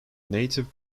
native